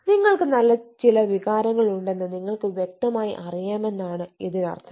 നിങ്ങൾക്ക് നല്ല ചില വികാരങ്ങൾ ഉണ്ടെന്ന് നിങ്ങൾക്ക് വ്യകതമായി അറിയാമെന്നാണ് ഇതിനർത്ഥം